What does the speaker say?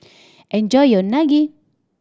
enjoy your Unagi